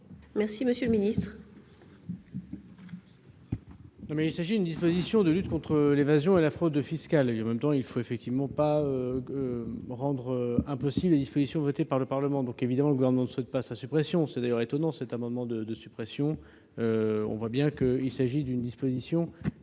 dire, monsieur le ministre,